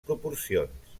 proporcions